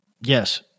Yes